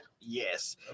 Yes